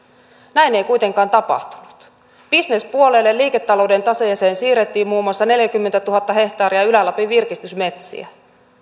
näin ei kuitenkaan tapahtunut bisnespuolelle liiketalouden taseeseen siirrettiin muun muassa neljäkymmentätuhatta hehtaaria ylä lapin virkistysmetsiä